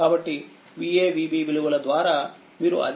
కాబట్టిVaVb విలువల ద్వారా మీరు అదే విషయంVThevenin 30